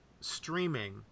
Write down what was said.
streaming